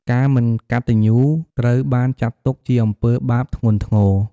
ការមិនកតញ្ញូត្រូវបានចាត់ទុកជាអំពើបាបធ្ងន់ធ្ងរ។